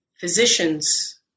physicians